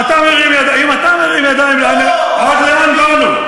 אם אתה מרים ידיים, עד לאן באנו.